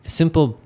simple